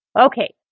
Okay